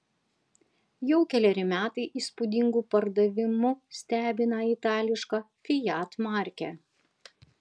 jau keleri metai įspūdingu pardavimu stebina itališka fiat markė